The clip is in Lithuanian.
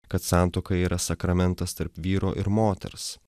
kad santuoka yra sakramentas tarp vyro ir moters